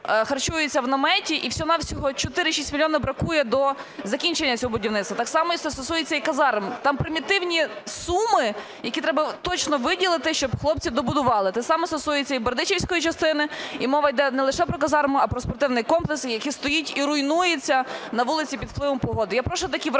харчуються в наметі і всього-на-всього 4-6 мільйонів бракує до закінчення цього будівництва. Так само це стосується і казарм. Там примітивні суми, які треба точно виділити, щоб хлопці добудували. Те саме стосується і бердичівської частини, і мова йде не лише про казарму, а про спортивний комплекс, який стоїть і руйнується на вулиці під впливом погоди.